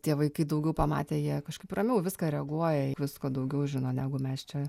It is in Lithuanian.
tie vaikai daugiau pamatę jie kažkaip ramiau į viską reaguoja visko daugiau žino negu mes čia